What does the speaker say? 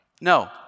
no